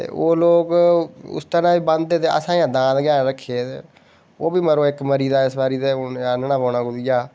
ते ओह् लोक उस तरह बी बाह्दें ते असें दांद गै ना रक्खे दे ओह् बी मरो इक मरी गेदा इस बारी ते हून आह्नना पौना ओए जेहा